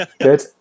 Good